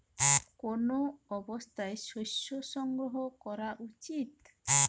কোন অবস্থায় শস্য সংগ্রহ করা উচিৎ?